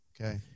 Okay